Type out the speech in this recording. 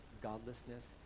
godlessness